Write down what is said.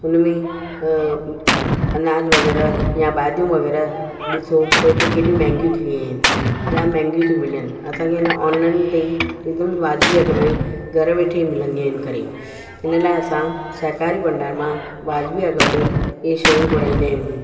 उनमें अनाज वग़ैरह या भाॼियूं वग़ैरह ॾिसो त हिते केॾी महांगी थी वयूं आहिनि जामु महांगियूं थी मिलनि असांखे इन ऑनलाइन ते ई एकदमि वाजबी अघु में ई घरु वेठे ई मिलंदियूं आहिनि करे इन लाइ असां सहिकारी भंडार मां वाजबी अघु ते इहे शयूं घुराईंदा आहियूं